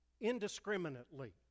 indiscriminately